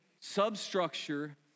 substructure